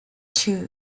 two